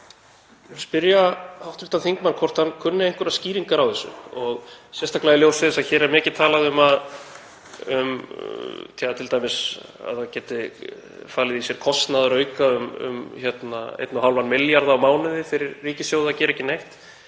vil spyrja hv. þingmann hvort hann kunni einhverjar skýringar á þessu og, sérstaklega í ljósi þess að hér er mikið talað um að það geti t.d. falið í sér kostnaðarauka um 1,5 milljarða á mánuði fyrir ríkissjóð að gera ekki neitt,